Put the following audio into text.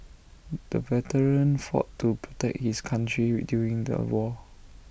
the veteran fought to protect his country during the war